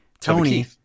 Tony